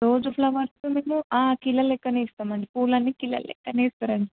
rose flowers మేము కిలోలు లెక్కనే ఇస్తామండి పూలన్నీ కిలోలు లెక్కనే ఇస్తారండి